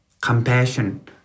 compassion